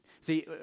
See